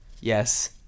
yes